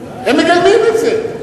מקיימים את זה.